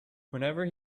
whenever